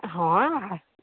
ହଁ